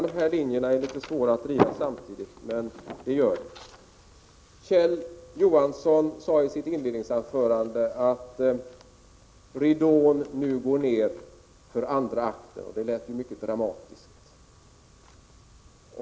Det är litet svårt att driva båda dessa linjer samtidigt, men det är vad ni gör. I sitt inledningsanförande sade Kjell Johansson att ridån nu går nedför andra akten, vilket lät mycket dramatiskt.